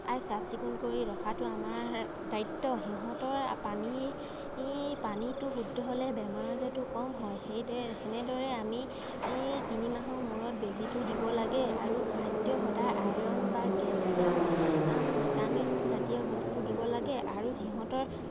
আই চাফ চিকুণ কৰি ৰখাটো আমাৰ দায়িত্ব সিহঁতৰ পানী পানীটো শুদ্ধ হ'লে বেমাৰ আজাৰটো কম হয় সেইদৰে সেনেদৰে আমি এই তিনিমাহৰ মূৰত বেজীটো দিব লাগে আৰু খাদ্য সদায় আইৰণ বা কেলছিয়াম আম ভিটামিন জাতীয় বস্তু দিব লাগে আৰু সিহঁতৰ